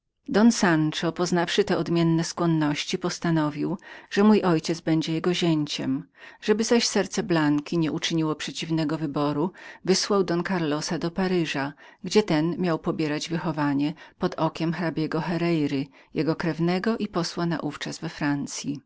przy książce don sanszo poznawszy te odmienne skłonności postanowił że mój ojciec będzie jego zięciem żeby zaś serce blanki nie uczyniło przeciwnego wyboru wysłał don karlosa do paryża gdzie ten miał pobierać wychowanie pod okiem hrabiego hereira jego krewnego i posła naówczas we francyi